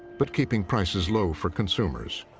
but keeping prices low for consumers.